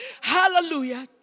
Hallelujah